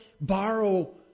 borrow